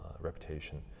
reputation